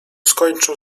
skończył